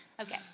Okay